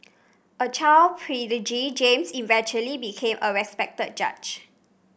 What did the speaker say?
a child prodigy James eventually became a respected judge